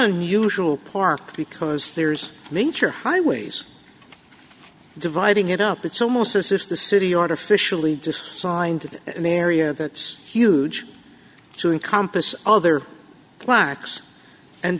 sinan usual park because there's nature highways dividing it up it's almost as if the city artificially just signed an area that's huge to encompass other plaques and